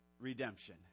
redemption